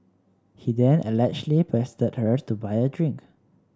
he then allegedly pestered her to buy a drink